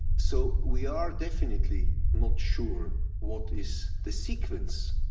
so we are definitely not sure what is the sequence,